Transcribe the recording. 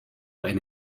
and